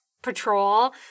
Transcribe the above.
patrol